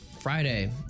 Friday